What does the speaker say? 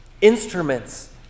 Instruments